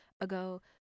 ago